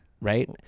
Right